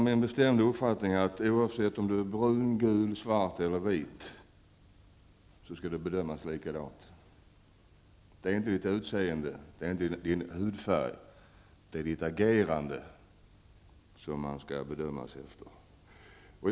Det är min bestämda uppfattning att människor -- oavsett om man är brun, gul, svart eller vit -- skall bedömas på samma sätt. Det är inte efter sitt utseende eller sin hudfärg som man skall bedömas, utan man skall bedömas utifrån sitt agerande.